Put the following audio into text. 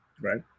right